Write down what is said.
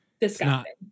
disgusting